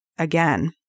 again